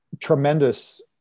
tremendous